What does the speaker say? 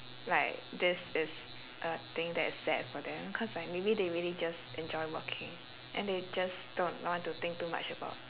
like this is a thing that is sad for them cause like maybe they really just enjoy working and they just don't want to think too much about